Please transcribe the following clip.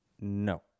No